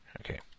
Okay